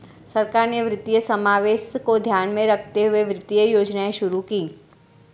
सरकार ने वित्तीय समावेशन को ध्यान में रखते हुए वित्तीय योजनाएं शुरू कीं